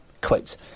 Quotes